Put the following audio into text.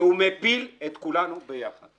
והוא מפיל את כולנו ביחד.